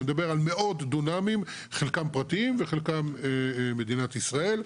אבל מדובר על מאות דונמים חלקם פרטיים וחלקם מדינת ישראל,